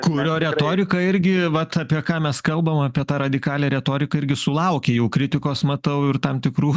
kurio retorika irgi vat apie ką mes kalbam apie tą radikalią retoriką irgi sulaukė jau kritikos matau ir tam tikrų